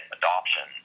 adoption